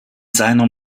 seiner